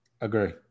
Agree